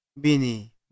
bini